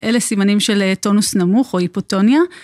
אלה סימנים של טונוס נמוך או היפוטוניה.